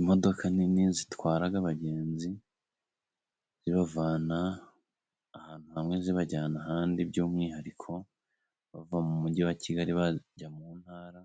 Imodoka nini zitwaraga abagenzi zibavana ahantu hamwe zibajyana ahandi, by'umwihariko bava mu mugi wa Kigali bajya mu ntara,